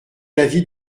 l’avis